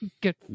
Good